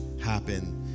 happen